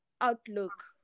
outlook